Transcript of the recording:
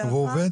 והוא עובד?